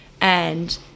and-